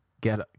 get